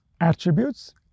attributes